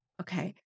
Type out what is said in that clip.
Okay